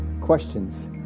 questions